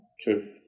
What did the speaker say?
Truth